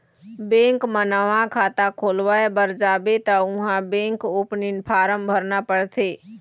bank म नवा खाता खोलवाए बर जाबे त उहाँ बेंक ओपनिंग फारम भरना परथे